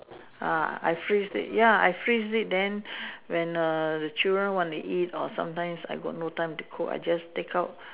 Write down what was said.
uh I freeze it ya I freeze it then when err the children want to eat or sometimes I got no time to cook I just take out